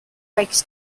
breaks